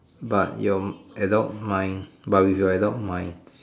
but your adult mind but with your adult mind